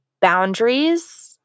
boundaries